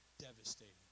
devastating